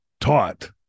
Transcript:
taught